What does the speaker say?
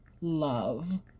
love